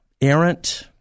errant